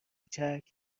کوچک